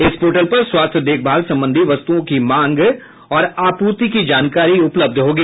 इस पोर्टल पर स्वास्थ्य देखभाल संबंधी वस्तुओं की मांग और आपूर्ति की जानकारी उपलब्ध होगी